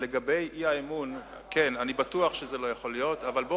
לא יכול להיות, סגן השר.